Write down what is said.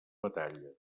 batalla